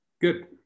Good